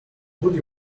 would